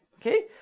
Okay